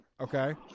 Okay